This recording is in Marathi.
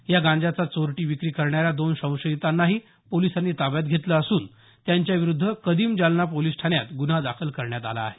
या गांजाचा चोरटी विक्री करणाऱ्या दोन संशयितांनाही पोलिसांनी ताब्यात घेतलं असून त्यांच्याविरुध्द कदीम जालना पोलीस ठाण्यात गुन्हा दाखल करण्यात आला आहे